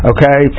Okay